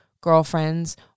girlfriends